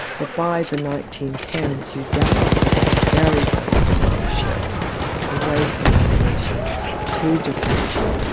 but by the nineteen ten s you definitely get a very, very strong shift away from evolution to diffusion,